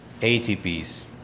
ATPs